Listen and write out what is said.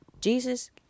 Jesus